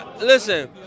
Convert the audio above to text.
listen